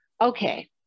Okay